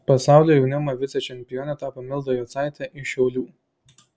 pasaulio jaunimo vicečempione tapo milda jocaitė iš šiaulių